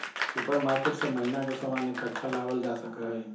supermarket से महीना के सामान इकट्ठा लावल जा सका हई